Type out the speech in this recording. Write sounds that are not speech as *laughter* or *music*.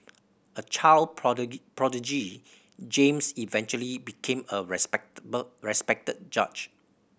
a child *unintelligible* prodigy James eventually became a *unintelligible* respected judge